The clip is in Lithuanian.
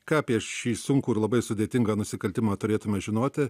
ką apie šį sunkų ir labai sudėtingą nusikaltimą turėtume žinoti